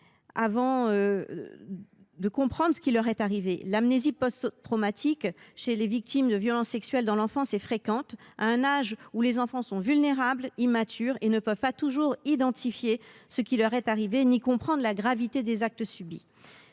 années à comprendre ce qui leur est arrivé. L’amnésie post traumatique chez les victimes de violences sexuelles dans l’enfance est fréquente. À leur âge, les enfants sont vulnérables, immatures et ne peuvent pas toujours identifier ce qui leur est arrivé ni comprendre la gravité des actes subis.